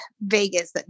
Vegas